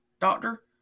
Doctor